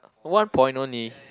one point only